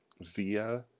via